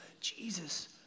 Jesus